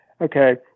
okay